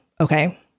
Okay